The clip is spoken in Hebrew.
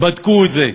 בדקו את זה.